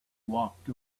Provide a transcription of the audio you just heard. walked